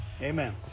Amen